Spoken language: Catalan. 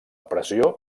pressió